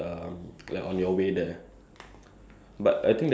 it'll it will turn out like the way you expect it